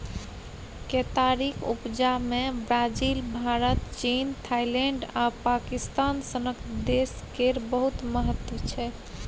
केतारीक उपजा मे ब्राजील, भारत, चीन, थाइलैंड आ पाकिस्तान सनक देश केर बहुत महत्व छै